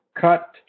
cut